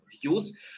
views